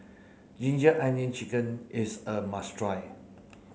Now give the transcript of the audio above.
ginger onion chicken is a must try